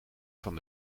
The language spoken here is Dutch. van